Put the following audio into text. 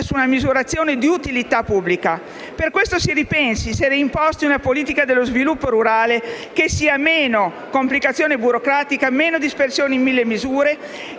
su una misurazione di utilità pubblica. Per questo si ripensi e si reimposti una politica dello sviluppo rurale che sia meno complicazione burocratica, meno dispersione in mille misure